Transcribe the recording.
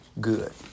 Good